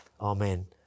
Amen